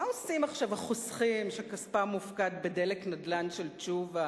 מה עושים עכשיו החוסכים שכספם מופקד ב"דלק נדל"ן" של תשובה